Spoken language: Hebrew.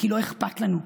כי לא אכפת לנו.